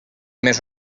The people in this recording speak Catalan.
més